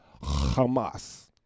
Hamas